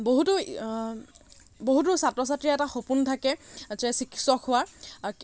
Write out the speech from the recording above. বহুতো বহুতো ছাত্ৰ ছাত্ৰীৰ এটা সপোন থাকে যে চিকিৎসক হোৱাৰ